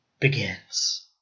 begins